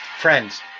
Friends